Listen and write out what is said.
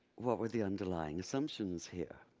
what were the underlying assumptions here?